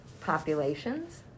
populations